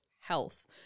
health